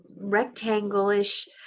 rectangle-ish